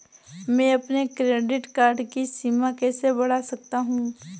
मैं अपने credit card की सीमा कैसे बढ़ा सकता हूँ?